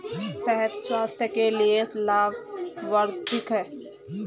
शहद स्वास्थ्य के लिए लाभवर्धक है